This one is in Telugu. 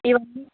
ఇవన్నీ